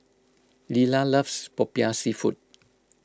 Lelah loves Popiah Seafood